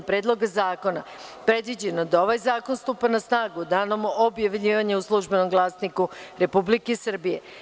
Predloga zakona predviđeno da ovaj zakon stupa na snagu danom objavljivanja u „Službenom glasniku Republike Srbije“